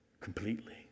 completely